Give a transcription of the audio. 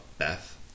Beth